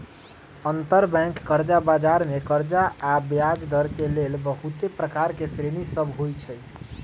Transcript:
अंतरबैंक कर्जा बजार मे कर्जा आऽ ब्याजदर के लेल बहुते प्रकार के श्रेणि सभ होइ छइ